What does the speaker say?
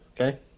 Okay